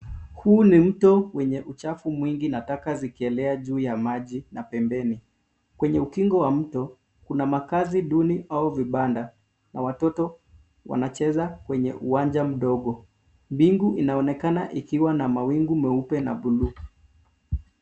Huu ni mto wenye uchafu mwingi na taka zikielea juu ya maji na pembeni. Kwenye ukingo wa mto kuna makazi duni au vibanda na watoto wanacheza kwenye uwanja mdogo. Mbingu inaonekana ikiwa na mawingu meupe na bluu.